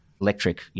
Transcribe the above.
electric